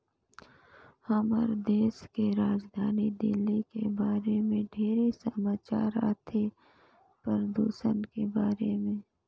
हमर देश के राजधानी दिल्ली के बारे मे ढेरे समाचार आथे, परदूषन के बारे में